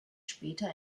später